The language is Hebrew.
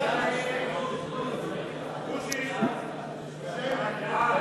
של קבוצת סיעת העבודה,